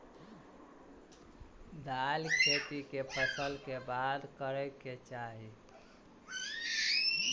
दालि खेती केँ फसल कऽ बाद करै कऽ चाहि?